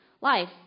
life